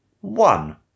one